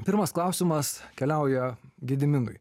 pirmas klausimas keliauja gediminui